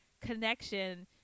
connection